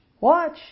watch